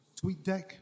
TweetDeck